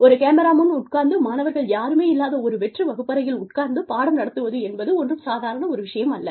ஒரு கேமரா முன் உட்கார்ந்து மாணவர்கள் யாருமே இல்லாத ஒரு வெற்று வகுப்பறையில் உட்கார்ந்து பாடம் நடத்துவது என்பது ஒன்றும் சாதாரண ஒரு விஷயம் அல்ல